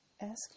Ask